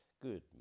Good